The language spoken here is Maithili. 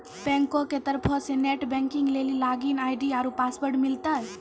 बैंको के तरफो से नेट बैंकिग लेली लागिन आई.डी आरु पासवर्ड मिलतै